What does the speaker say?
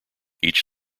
each